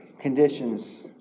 conditions